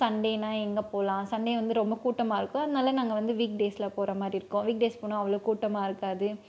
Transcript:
சண்டேனால் எங்கே போகலாம் சண்டே வந்து ரொம்ப கூட்டமாக இருக்கும் அதனால் நாங்கள் வந்து வீக் டேஸில் போகிற மாதிரி இருக்கோம் வீக் டேஸ் போனால் அவ்வளோ கூட்டமாக இருக்காது